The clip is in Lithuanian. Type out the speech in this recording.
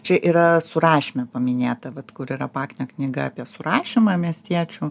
čia yra surašyme paminėta vat kur yra paknio knyga apie surašymą miestiečių